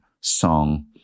song